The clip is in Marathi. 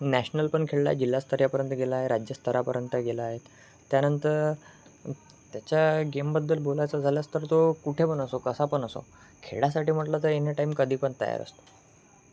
नॅशनल पण खेळला आहे जिल्हा स्तरापर्यंत गेला आहे राज्यस्तरापर्यंत गेला आहे त्यानंतर त्याच्या गेमबद्दल बोलायचा झालाच तर तो कुठे पण असो कसा पण असो खेळासाठी म्हटलं तर एनी टाईम कधी पण तयार असतो